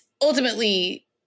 ultimately